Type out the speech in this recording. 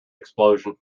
explosion